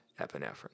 epinephrine